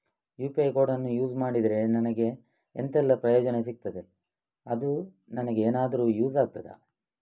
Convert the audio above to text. UPI ಕೋಡನ್ನು use ಮಾಡಿದ್ರೆ ನನಗೆ ಎಂಥೆಲ್ಲಾ ಪ್ರಯೋಜನ ಸಿಗ್ತದೆ, ಅದು ನನಗೆ ಎನಾದರೂ ಯೂಸ್ ಆಗ್ತದಾ?